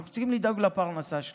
אנחנו צריכים לדאוג לפרנסה שלהם.